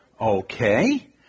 Okay